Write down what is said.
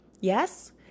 Yes